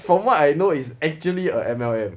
from what I know is actually a M_L_M